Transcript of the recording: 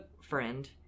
friend